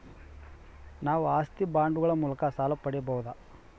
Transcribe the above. ನಾವು ಆಸ್ತಿ ಬಾಂಡುಗಳ ಮೂಲಕ ಸಾಲ ಪಡೆಯಬಹುದಾ?